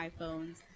iPhones